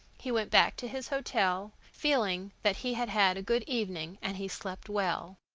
he went back to his hotel, feeling that he had had a good evening, and he slept well.